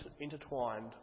intertwined